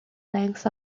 length